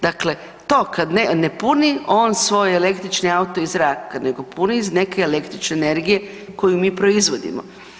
Dakle, to kad ne puni on svoj električni auto iz zraka nego puni iz neke električne energije koju mi proizvodimo.